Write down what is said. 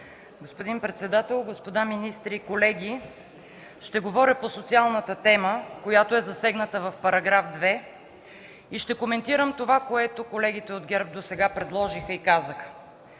Господин председател, господа министри, колеги! Ще говоря по социалната тема, засегната в § 2 и ще коментирам това, което досега колегите от ГЕРБ предложиха и казаха.